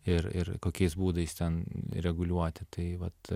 ir ir kokiais būdais ten reguliuoti tai vat